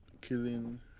killing